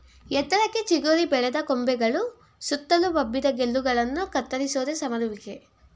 ಎತ್ತರಕ್ಕೆ ಚಿಗುರಿ ಬೆಳೆದ ಕೊಂಬೆಗಳು ಸುತ್ತಲು ಹಬ್ಬಿದ ಗೆಲ್ಲುಗಳನ್ನ ಕತ್ತರಿಸೋದೆ ಸಮರುವಿಕೆ